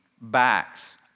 backs